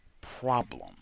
problem